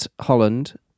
Holland